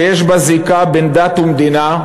שיש בה זיקה בין דת למדינה,